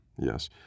Yes